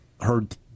heard